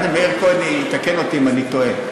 הנה, מאיר כהן יתקן אותי אם אני טועה.